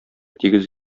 тигез